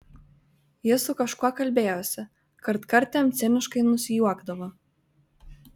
ji su kažkuo kalbėjosi kartkartėm ciniškai nusijuokdavo